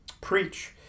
preach